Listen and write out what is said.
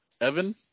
evan